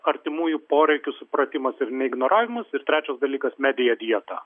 artimųjų poreikių supratimas ir neignoravimas ir trečias dalykas media dieta